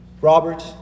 Robert